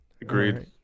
Agreed